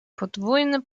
podwójny